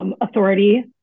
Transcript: authority